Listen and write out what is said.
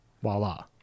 voila